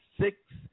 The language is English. six